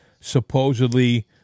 supposedly